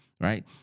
right